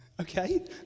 okay